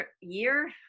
year